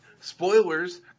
Spoilers